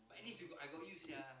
at least we got I got use ya